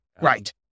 right